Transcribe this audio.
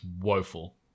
woeful